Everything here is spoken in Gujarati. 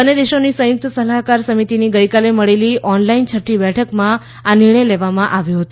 બંને દેશોની સંયુક્ત સલાહકાર સમિતિની ગઇકાલે મળેલી ઓનલાઈન છઠ્ઠી બેઠકમાં આ નિર્ણણ લેવામાં આવ્યો હતો